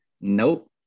Nope